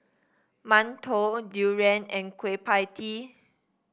mantou durian and Kueh Pie Tee